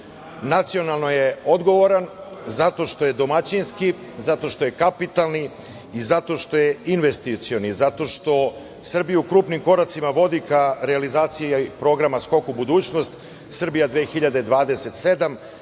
Nacionalno je odgovoran zato što je domaćinski, zato što kapitalni i zato što je investicioni, zato što Srbiju krupnim koracima vodi ka realizaciji programa „Skok u budućnost Srbija 2027“,